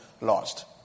lost